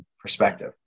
perspective